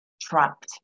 trapped